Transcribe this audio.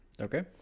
Okay